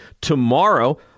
Tomorrow